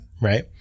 Right